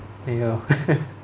ya